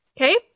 Okay